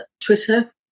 twitter